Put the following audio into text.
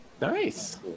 nice